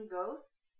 Ghosts